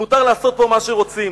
מותר לעשות פה מה שרוצים,